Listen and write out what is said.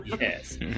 yes